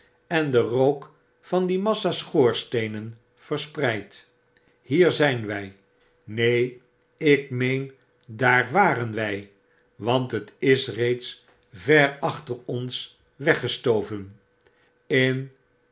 en de rook van die massa schoorsteenen verspreidt hier zijn wg neen ik meen daar waren wij want het is reeds ver achter ons weggestoven in